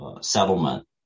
settlement